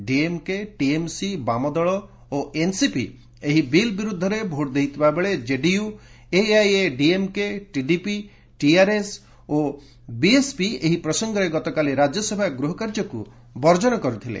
DMK TMC ବାମ ଦଳ ଓ ଏନ୍ସିପି ଏହି ବିଲ୍ ବିରୁଦ୍ଧରେ ଭୋଟ୍ ଦେଇଥିବା ବେଳେ ଜେଡିୟୁ ଏଆଇଏଡିଏମ୍କେ ଟିଡିପି ଟିଆର୍ଏସ୍ ଓ ବିଏସ୍ପି ଏହି ପ୍ରସଙ୍ଗରେ ଗତକାଲି ରାଜ୍ୟସଭା ଗୃହ କାର୍ଯ୍ୟକୁ ବର୍ଜନ କରିଥିଲେ